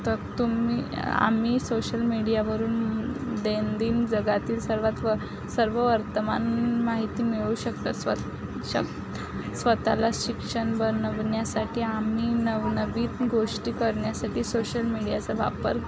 तर तुम्ही आम्ही सोशल मिडीयावरून दैनंदिन जगातील सर्वात व सर्व वर्तमान माहिती मिळवू शकता स्व शा स्वतःला शिक्षण बनवण्यासाठी आम्ही नवनवीन गोष्टी करण्यासाठी सोशल मिडीयाचा वापर